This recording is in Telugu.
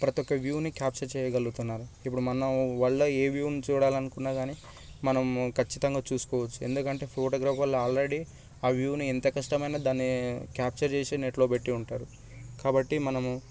ప్రతి ఒక్క వ్యూని క్యాప్చర్ చేయగలుగుతున్నారు ఇపుడు మనం వరల్డ్లో ఏ వ్యూని చూడాలనుకున్నా గానీ మనం ఖచ్చితంగా చూసుకోవచ్చు ఎందుకంటే ఫోటోగ్రాఫర్లు ఆల్రెడీ ఆ వ్యూని ఎంత కష్టమైనా గానీ దాన్ని క్యాప్చర్ చేసి నెట్లో పెట్టి ఉంటారు కాబట్టి మనము